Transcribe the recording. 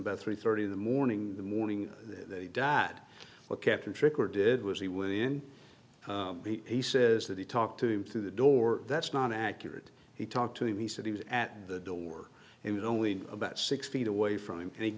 about three thirty in the morning the morning they died what captain tricker did was he when he says that he talked to him through the door that's not accurate he talked to he said he was at the door he was only about six feet away from him and he